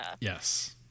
Yes